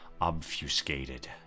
obfuscated